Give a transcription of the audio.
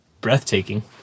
breathtaking